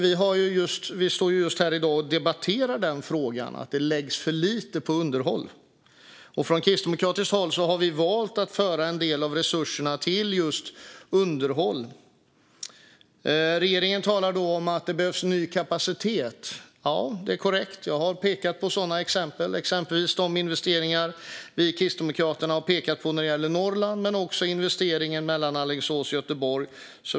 Vi står ju här i dag och debatterar frågan, nämligen att det läggs för lite på underhåll. Vi kristdemokrater har valt att föra en del av resurserna till underhåll. Regeringen talar då om att det behövs ny kapacitet. Ja, det är korrekt. Jag har pekat på sådana exempel. Det gäller exempelvis de investeringar vi kristdemokrater har pekat på när det gäller Norrland och även investeringar på sträckan Alingsås-Göteborg.